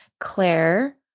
claire